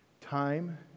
Time